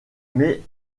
mais